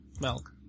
milk